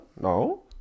No